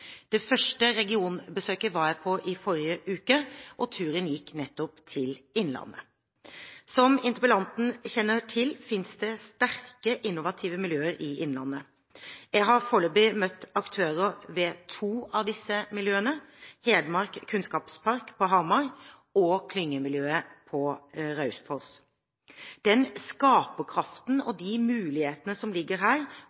Det første regionbesøket var jeg på i forrige uke, og turen gikk nettopp til Innlandet. Som interpellanten kjenner til, finnes det sterke innovative miljøer i Innlandet. Jeg har foreløpig møtt aktører ved to av disse miljøene: Hedmark Kunnskapspark på Hamar og klyngemiljøet på Raufoss. Den skaperkraften og de mulighetene som ligger her